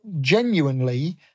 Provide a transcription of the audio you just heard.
genuinely